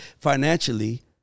financially